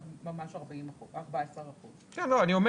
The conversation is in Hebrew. ממש 14%. אני אומר